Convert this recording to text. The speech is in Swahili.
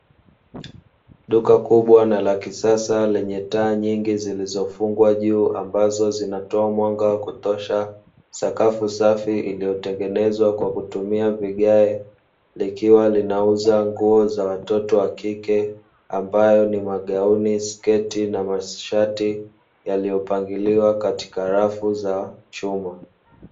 Duka kubwa na la kisasa lenye taa nyingi zilizofungwa juu ambazo zinatoa mwanga wa kutosha. Sakafu safi iliyotengenezwa kwa kutumia vigae likiwa linauza nguo za watoto wa kike ambayo ni: magauni, sketi, na mashati; yaliyopangiliwa katika rafu za chuma.